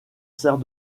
sert